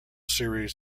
series